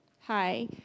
Hi